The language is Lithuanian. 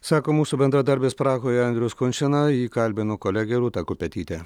sako mūsų bendradarbis prahoje andrius kunčina jį kalbino kolegė rūta kupetytė